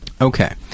Okay